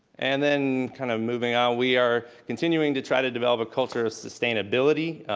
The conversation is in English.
and then kind of moving on, we are continuing to try to develop a culture of sustainability,